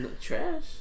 Trash